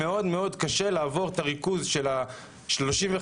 מאוד קשה לעבור ריכוז של 35%,